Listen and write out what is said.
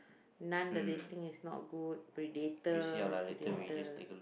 Nun the rating is not good Predator Predator